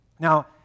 Now